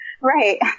right